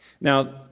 Now